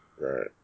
Right